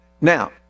Now